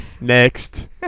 Next